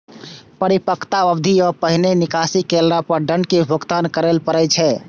परिपक्वता अवधि सं पहिने निकासी केला पर दंड के भुगतान करय पड़ै छै